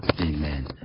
Amen